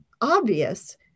obvious